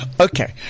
Okay